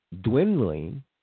dwindling